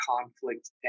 conflict